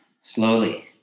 slowly